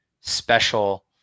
special